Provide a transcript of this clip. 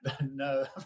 no